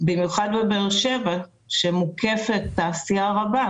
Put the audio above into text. במיוחד בבאר שבע שמוקפת תעשייה רבה,